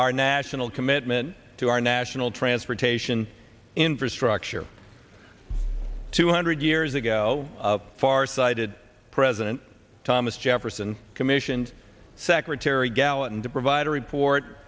our national commitment to our national transportation infrastructure two hundred years ago farsighted president thomas jefferson commissioned secretary gallatin to provide a report